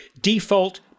default